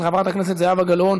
לא נתקבלה.